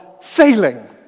sailing